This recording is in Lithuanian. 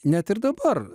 net ir dabar